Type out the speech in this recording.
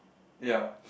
ya